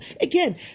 again